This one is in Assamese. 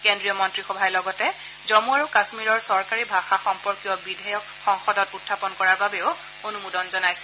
কেন্দ্ৰীয় মন্ত্ৰীসভাই লগতে জম্ম আৰু কাশ্মীৰৰ চৰকাৰী ভাষা সম্পৰ্কীয় বিধেয়ক সংসদত উখাপন কৰাৰ বাবেও অনুমোদন জনাইছে